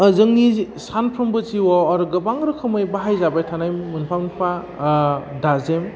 जोंनि सानफ्रोमबो जिवाव आरो गोबां रोखोमै बाहाय जाबाय थानाय मोनफा मोनफा दाजेम